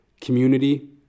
community